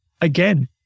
again